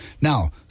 Now